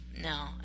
no